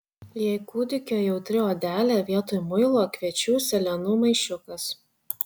jei kūdikio jautri odelė vietoj muilo kviečių sėlenų maišiukas